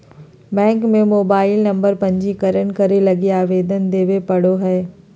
bank में mobile number पंजीकरण करे लगी आवेदन देबे पड़ो हइ